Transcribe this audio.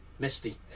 Misty